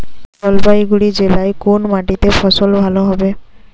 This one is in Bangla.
জলপাইগুড়ি জেলায় কোন মাটিতে ফসল ভালো হবে?